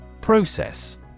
process